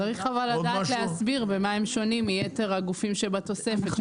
צריך לדעת להסביר במה הם שונים מיתר הגופים שבתוספת.